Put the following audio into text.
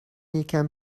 یکم